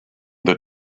the